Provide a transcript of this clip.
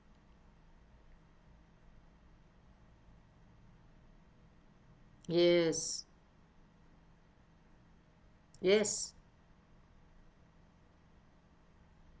yes yes